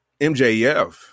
MJF